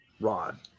rod